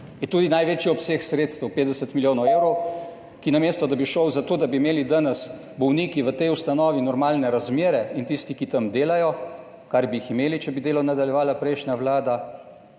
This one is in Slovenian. je. Tudi največji obseg sredstev 50 milijonov evrov, ki namesto, da bi šel za to, da bi imeli danes bolniki v tej ustanovi normalne razmere in tisti, ki tam delajo, kar bi jih imeli, če bi delo nadaljevala prejšnja Vlada